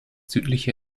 südliche